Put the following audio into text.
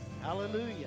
Hallelujah